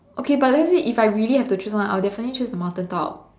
okay but let's say if I really have to choose one I would definitely choose mountain top